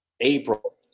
April